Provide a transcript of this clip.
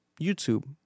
YouTube